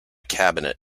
cabinet